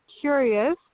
curious